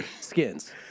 skins